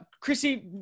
Chrissy